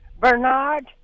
Bernard